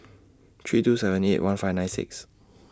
three two seven eight one five nine six